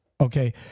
Okay